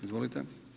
Izvolite.